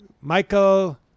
Michael